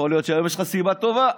יכול להיות שהיום יש לך סיבה טובה.